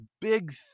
big